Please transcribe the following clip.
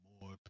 more